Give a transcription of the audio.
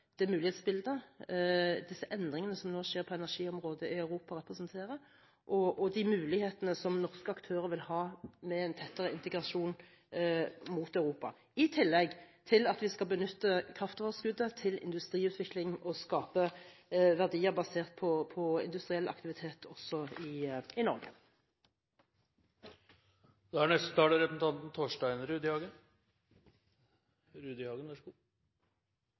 det mulighetsbildet disse endringene som nå skjer på energiområdet i Europa representerer, og de mulighetene som norske aktører vil ha med en tettere integrasjon mot Europa, i tillegg til at vi skal benytte kraftoverskuddet til industriutvikling og skape verdier basert på industriell aktivitet også i Norge. Som det er sagt: Angrep er det beste forsvar. Eg registrerer at opposisjonen ikkje i det heile svarar på den utfordringa representanten